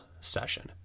session